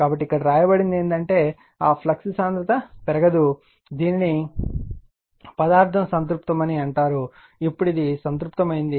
కాబట్టి ఇక్కడ వ్రాయబడినది ఏమిటంటే ఆ ఫ్లక్స్ సాంద్రత పెరగదు దీనిని పదార్థం సంతృప్తమని అంటారు ఇప్పుడు అది సంతృప్తమైంది